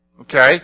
okay